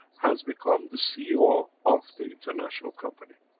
has become the ceo of the international company